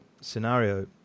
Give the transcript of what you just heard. scenario